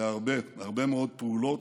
בהרבה הרבה מאוד פעולות,